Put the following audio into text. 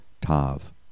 Tav